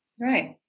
Right